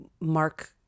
mark